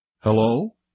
Hello